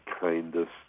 kindest